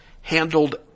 handled